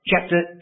Chapter